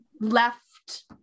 left